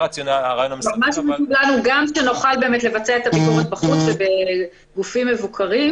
מה שחשוב הוא גם שנוכל לבצע את הביקורת בחוץ ובגופים מבוקרים,